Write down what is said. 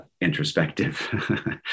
introspective